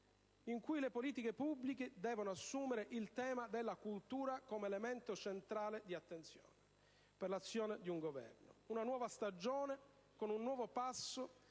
in cui le politiche pubbliche devono assumere il tema della cultura come elemento centrale di attenzione per l'azione di governo; una nuova stagione con un nuovo passo